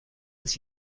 its